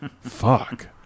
Fuck